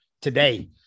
today